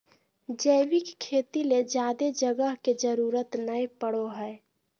जैविक खेती ले ज्यादे जगह के जरूरत नय पड़ो हय